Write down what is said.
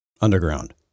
underground